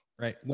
Right